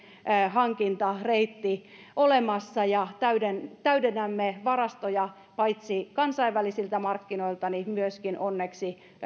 hankintareitti olemassa ja täydennämme varastoja paitsi kansainvälisiltä markkinoilta myöskin onneksi